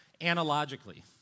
analogically